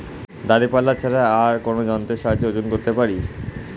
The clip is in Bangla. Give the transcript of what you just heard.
দাঁড়িপাল্লা ছাড়া আর কোন যন্ত্রের সাহায্যে ওজন করতে পারি?